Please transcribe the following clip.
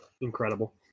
Incredible